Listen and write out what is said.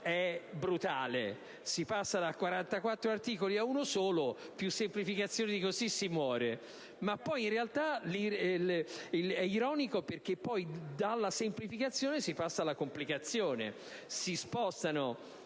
è brutale (si passa da 44 articoli ad uno solo: più semplificazione di così si muore!); ironico perché dalla semplificazione si passa alla complicazione: si spostano